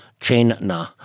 Chain-na